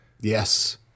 Yes